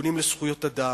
ארגונים לזכויות אדם,